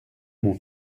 mon